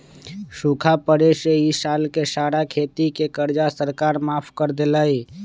सूखा पड़े से ई साल के सारा खेती के कर्जा सरकार माफ कर देलई